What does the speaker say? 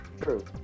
True